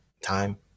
time